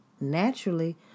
Naturally